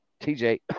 tj